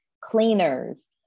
cleaners